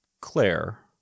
Claire